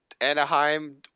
Anaheim